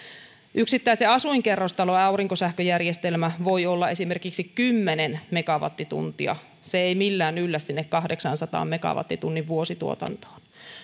yksittäisen asuinkerrostalon aurinkosähköjärjestelmä voi olla esimerkiksi kymmenen megawattituntia se ei millään yllä sinne kahdeksansadan megawattitunnin vuosituotantoon